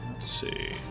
see